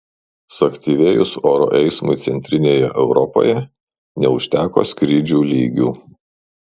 suaktyvėjus oro eismui centrinėje europoje neužteko skrydžių lygių